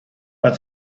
but